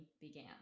began